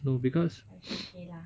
no because